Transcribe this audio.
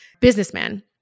Businessman